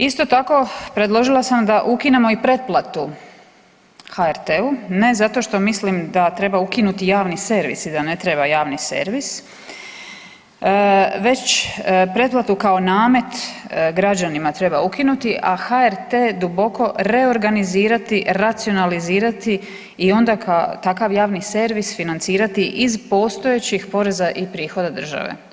Isto tako, predložila sam i da ukinemo i pretplatu HRT-u ne zato što mislim da treba ukinuti javni servis i da ne treba javni servis, već pretplatu kao namet građanima treba ukinuti a HRT duboko reorganizirati, racionalizirati i onda takav javni servis financirati iz postojeći poreza i prohoda države.